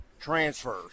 transfers